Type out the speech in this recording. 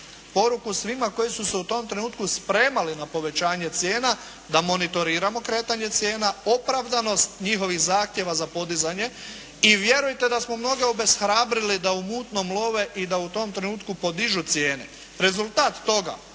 poruku svima koji su se u tom trenutku spremali na povećanje cijena da monitoriramo kretanje cijena, opravdanost njihovih zahtjeva za podizanje. I vjerujte da smo mnoge obeshrabrili da u mutnom love i da u tom trenutku podižu cijene. Rezultat toga